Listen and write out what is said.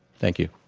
thank you.